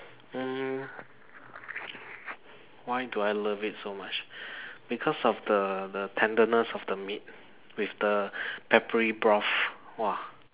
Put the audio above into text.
mm why do I love it so much because of the the tenderness of the meat with the peppery broth !woah!